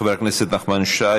חבר הכנסת נחמן שי,